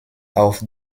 auf